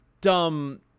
dumb